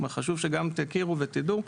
חשוב שגם תכירו ותדעו,